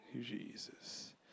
Jesus